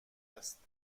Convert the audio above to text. است